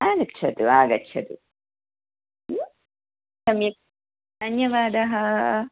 आगच्छतु आगच्छतु सम्यक् धन्यवादः